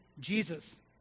Jesus